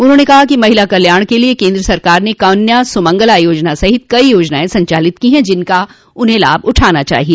उन्होंने कहा कि महिला कल्याण के लिये केन्द्र सरकार ने कन्या सुमंगला योजना सहित कई योजनाएं संचालित की हैं जिनका उन्हें लाभ उठाना चाहिए